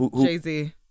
Jay-Z